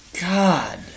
God